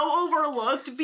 overlooked